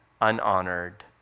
unhonored